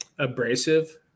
abrasive